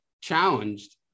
challenged